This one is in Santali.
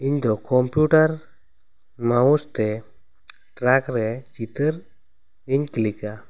ᱤᱧ ᱫᱚ ᱠᱚᱢᱯᱤᱭᱩᱴᱟᱨ ᱢᱟᱣᱩᱥ ᱛᱮ ᱴᱨᱮᱠ ᱨᱮ ᱪᱤᱛᱟᱹᱨ ᱤᱧ ᱠᱤᱞᱤᱠᱟ